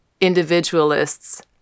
individualists